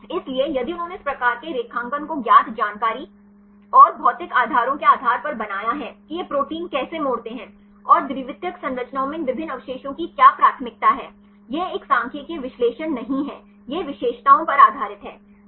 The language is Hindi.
इसलिए यदि उन्होंने इस प्रकार के रेखांकन को ज्ञात जानकारी और भौतिक आधारों के आधार पर बनाया है कि ये प्रोटीन कैसे मोड़ते हैं और द्वितीयक संरचनाओं में इन विभिन्न अवशेषों की क्या प्राथमिकता है यह एक सांख्यिकीय विश्लेषण नहीं है यह विशेषताओं पर आधारित है